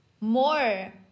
more